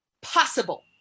possible